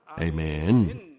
Amen